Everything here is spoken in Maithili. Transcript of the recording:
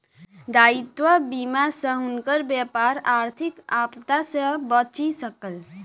दायित्व बीमा सॅ हुनकर व्यापार आर्थिक आपदा सॅ बचि सकल